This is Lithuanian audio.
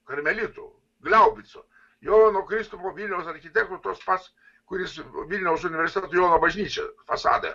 karmelitų glaubico jono kristupo vilniaus architekto tas pats kuris vilniaus universiteto jono bažnyčią fasadą